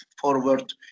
forward